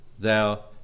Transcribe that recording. Thou